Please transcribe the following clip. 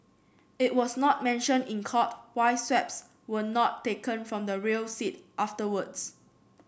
it was not mentioned in court why swabs were not taken from the rear seat afterwards